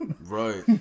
Right